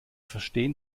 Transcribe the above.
verstehen